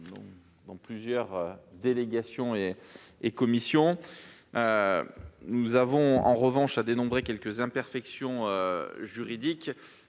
de plusieurs délégations et commissions. Nous avons cependant dénombré quelques imperfections juridiques,